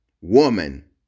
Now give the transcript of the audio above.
woman